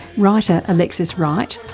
writer alexis wright,